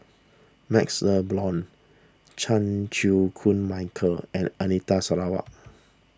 MaxLe Blond Chan Chew Koon Michael and Anita Sarawak